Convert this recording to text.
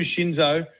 Shinzo